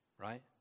right